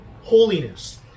holiness